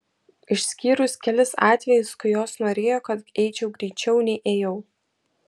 išskyrus kelis atvejus kai jos norėjo kad eičiau greičiau nei ėjau